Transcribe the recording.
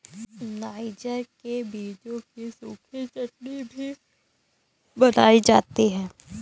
niger के बीजों की सूखी चटनी भी बनाई जाती है